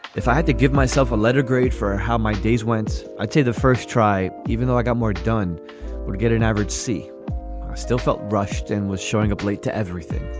if i had to give myself a letter grade for how my days went. i'd say the first try even though i got more done would get an average c i still felt rushed and was showing up late to everything.